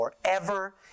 forever